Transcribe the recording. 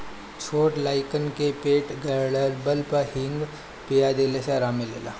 छोट लइकन के पेट गड़ला पे हिंग पिया देला से आराम मिलेला